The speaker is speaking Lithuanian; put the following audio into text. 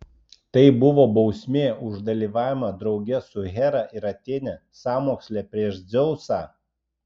tai buvo bausmė už dalyvavimą drauge su hera ir atėne sąmoksle prieš dzeusą